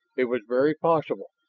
it was very possible.